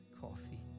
coffee